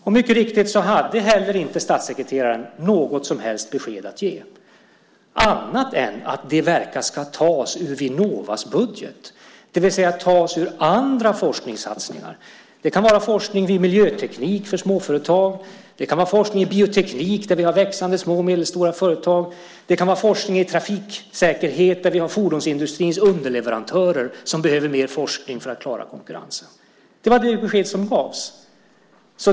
Och mycket riktigt hade inte heller statssekreteraren något som helst besked att ge annat än att det verkar som att det ska tas ur Vinnovas budget, det vill säga tas från andra forskningssatsningar. Det kan vara forskning i miljöteknik för småföretag. Det kan vara forskning i bioteknik där vi har växande små och medelstora företag. Det kan vara forskning i trafiksäkerhet där vi har fordonsindustrins underleverantörer som behöver mer forskning för att klara konkurrensen. Det var det besked som gavs.